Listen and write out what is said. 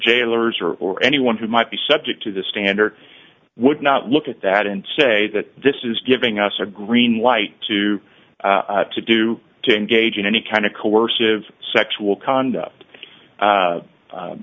jailers or anyone who might be subject to the standard would not look at that and say that this is giving us a green light to to do to engage in any kind of coercive sexual conduct a